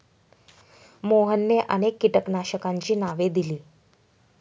मोहनने अनेक कीटकनाशकांची नावे दिली